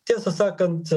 tiesą sakant